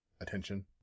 attention